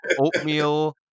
oatmeal